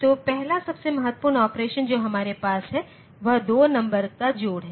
तो पहला सबसे महत्वपूर्ण ऑपरेशन जो हमारे पास है वह 2 नंबर का जोड़ है